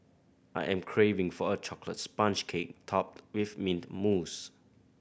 I am craving for a chocolate sponge cake topped with mint mousse